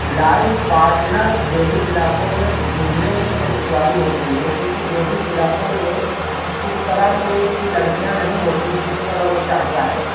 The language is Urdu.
لائف پاٹنرز دیہی علاقوں میں ڈھونڈنے میں اسے دشواری ہوتی ہے کیوں کہ دیہی علاقوں میں اس طرح کے کی لڑکیاں نہیں ہوتیں جس طرح وہ چاہتا ہے